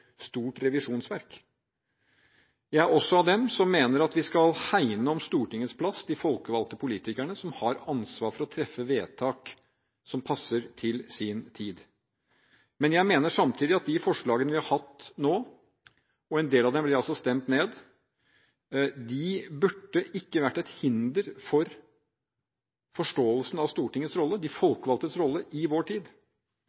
stort revisjonsverk. Jeg er også av dem som mener at vi skal hegne om Stortingets plass, de folkevalgte politikerne som har ansvar for å treffe vedtak som passer til sin tid. Men jeg mener samtidig at de forslagene vi har hatt nå – og en del av dem blir altså stemt ned – ikke burde vært et hinder for forståelsen av Stortingets, de folkevalgtes, rolle